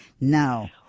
now